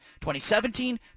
2017